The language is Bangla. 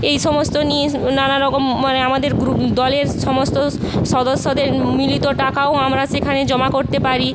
এই সমস্ত নিয়ে স্ নানা রকম মানে আমাদের গ্রুপ দলের সমস্ত স্ সদস্যদের মিলিত টাকাও আমরা সেখানে জমা করতে পারি